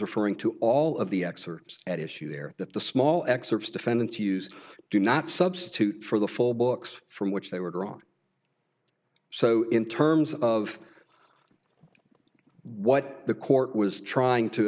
referring to all of the excerpts at issue there that the small excerpts defendants use do not substitute for the full books from which they were drawn so in terms of what the court was trying to